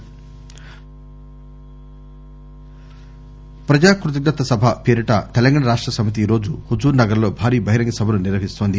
హుజార్ నగర్ ప్రజా కృతజ్ఞత సభ పేరిట తెలంగాణ రాష్ట సమితి ఈ రోజు హుజూర్ నగర్ లో భారీ బహిరంగ సభ ను నిర్వహిస్తోంది